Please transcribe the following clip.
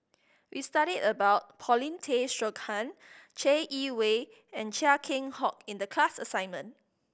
we studied about Paulin Tay Straughan Chai Yee Wei and Chia Keng Hock in the class assignment